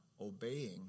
obeying